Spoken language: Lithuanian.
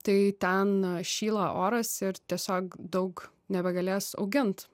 tai ten šyla oras ir tiesiog daug nebegalės augint